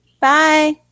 Bye